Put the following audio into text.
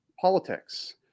politics